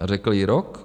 Řekl i rok?